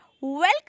welcome